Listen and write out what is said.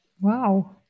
Wow